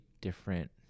different